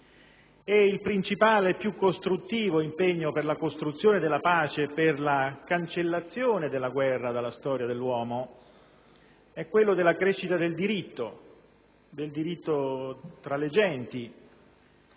Il principale, più costruttivo impegno per la costruzione della pace, per la cancellazione della guerra dalla storia dell'uomo è quello della crescita del diritto, del diritto tra le genti,